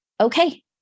Okay